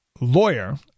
lawyer